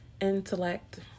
intellect